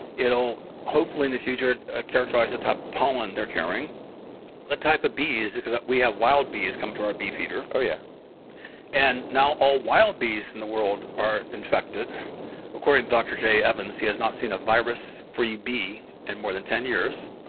it'll hopefully in the future ah characterize the top pollen they're carrying the type of bees because we have wild bees come to our bee feeder. yeah and now all wild bees in the world are infected according to dr jay evans, he has not seen a virus-free bee in more than ten years.